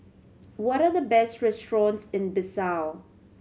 what are the best restaurants in Bissau